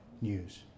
news